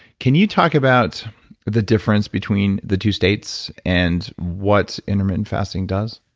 can you talk about the difference between the two states and what intermittent fasting does?